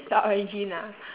the origin ah